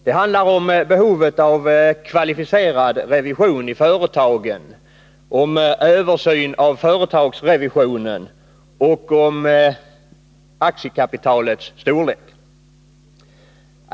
Det handlar om behovet av kvalificerad revision i företagen, om översyn av företagsrevisionen och om aktiekapitalets storlek.